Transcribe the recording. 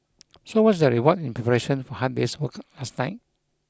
so what's their reward in preparation for a hard day's work last night